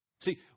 See